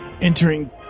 Entering